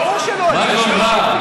מה שלומך?